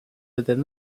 within